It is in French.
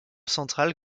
centrale